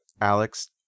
Alex